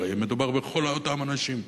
הרי מדובר בכל אותם אנשים.